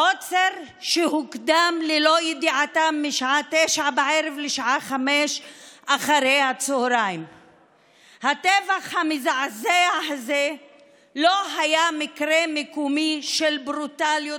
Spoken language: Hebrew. עוצר שהוקדם ללא ידיעתם משעה 21:00 לשעה 17:00. הטבח המזעזע הזה לא היה מקרה מקומי של ברוטליות